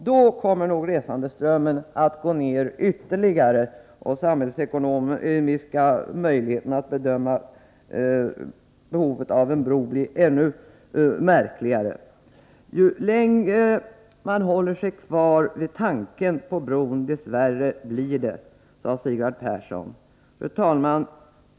Då kommer nog resandeströmmen att minska ytterligare, och då blir de samhällsekonomiska möjligheterna att bedöma behovet av en bro Nr 65 ännu märkligare. Måndagen den Ju längre man håller sig kvar vid tanken på en bro, desto värre blir det, sade 23 januari 1984 Sigvard Persson. Fru talman!